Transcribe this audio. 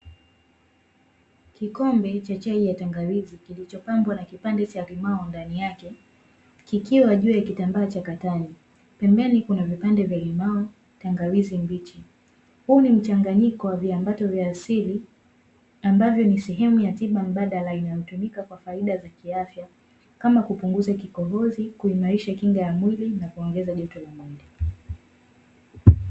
Kikombe cha chai ya tangawizi kilichopambwa na kipande cha limao ndani kikiwa juu ya kitambaa cha katani , pembeni Kuna kipande Cha limao, tangawizi mbichi. Huu ni mchanganyiko wa viambato vya asili ambavyo ni sehemu ya tiba mbadala inayotumika kwa faida za kiafya kama kupunguza kikohozo, kuimarisha Kinga ya mwili na kuongeza joto mwilini .